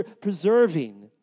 preserving